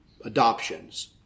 adoptions